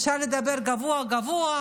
אפשר לדבר גבוהה-גבוהה,